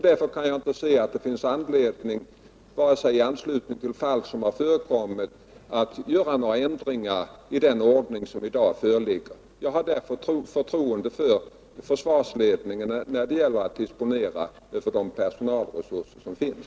Därför kan jag inte se att det finns anledning att i anslutning till fall som förekommit göra några ändringar i den ordning som tillämpas. Jag har mot denna bakgrund förtroende för försvarsledningen när det gäller att disponera de personalresurser som finns.